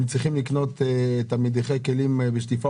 הם צריכים לקנות מדיחי כלים תעשייתיים